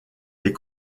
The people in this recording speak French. les